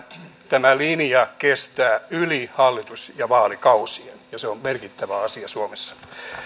tämä linja kestää yli hallitus ja vaalikausien ja se on merkittävä asia suomessa